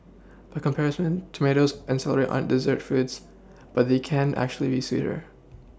by comparison tomatoes and celery aren't dessert foods but they can actually be sweeter